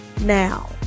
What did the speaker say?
now